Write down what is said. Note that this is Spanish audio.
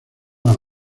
las